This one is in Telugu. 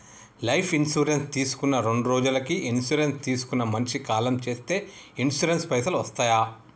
లైఫ్ ఇన్సూరెన్స్ తీసుకున్న రెండ్రోజులకి ఇన్సూరెన్స్ తీసుకున్న మనిషి కాలం చేస్తే ఇన్సూరెన్స్ పైసల్ వస్తయా?